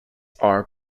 are